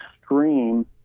extreme